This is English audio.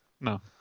No